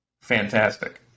Fantastic